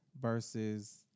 versus